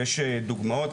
יש דוגמאות,